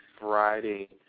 Friday